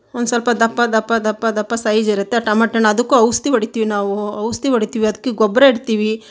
ಒಂದು ಸ್ವಲ್ಪ ದಪ್ಪ ದಪ್ಪ ದಪ್ಪ ದಪ್ಪ ಸೈಜ್ ಇರುತ್ತೆ ಟಮೋಟ ಹಣ್ಣು ಅದಕ್ಕೂ ಔಷ್ಧಿ ಹೊಡಿತೀವ್ ನಾವೂ ಔಷ್ಧಿ ಹೊಡಿತೀವಿ ಅದಕ್ಕೆ ಗೊಬ್ಬರ ಇಡ್ತೀವಿ